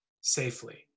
safely